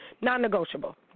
Non-negotiable